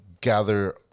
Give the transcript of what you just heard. gather